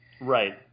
Right